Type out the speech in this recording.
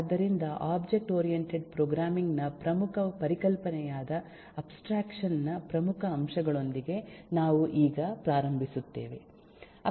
ಆದ್ದರಿಂದ object oriented programming ನ ಪ್ರಮುಖ ಪರಿಕಲ್ಪನೆಯಾದ ಅಬ್ಸ್ಟ್ರಾಕ್ಷನ್ ನ ಪ್ರಮುಖ ಅಂಶಗಳೊಂದಿಗೆ ನಾವು ಈಗ ಪ್ರಾರಂಭಿಸುತ್ತೇವೆ